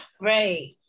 Right